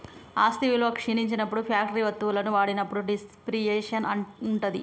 ఆస్తి విలువ క్షీణించినప్పుడు ఫ్యాక్టరీ వత్తువులను వాడినప్పుడు డిప్రిసియేషన్ ఉంటది